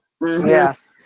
Yes